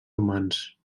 humans